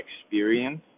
experience